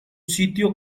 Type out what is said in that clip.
sitio